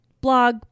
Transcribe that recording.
blog